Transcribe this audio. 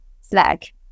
Slack